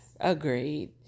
Agreed